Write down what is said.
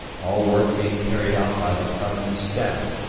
all work being carried out by the permanent staff,